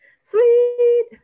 sweet